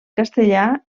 castellà